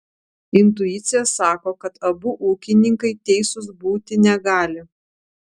intuicija sako kad abu ūkininkai teisūs būti negali